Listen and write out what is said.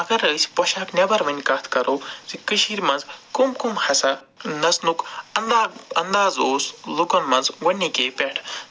اگر أسۍ پۄشاک نٮ۪بَر وَنہِ کَتھ کَرو زِ کٔشیٖرِ منٛز کَم کَم ہَسا نَژنُک انٛداگ انٛداز اوس لُکن منٛز گۄڈٕنِکے پٮ۪ٹھ تہٕ